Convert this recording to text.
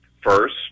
First